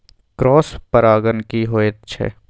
Cross परागण की होयत छै?